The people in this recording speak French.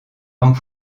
langue